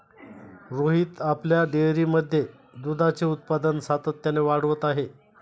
रोहित आपल्या डेअरीमध्ये दुधाचे उत्पादन सातत्याने वाढवत आहे